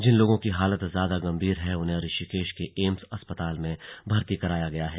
जिन लोगों की हालत ज्यादा गम्भीर है उन्हें ऋषिकेश के एम्स अस्पताल में भर्ती कराया गया है